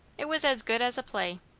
it was as good as a play.